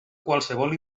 qualsevol